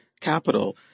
capital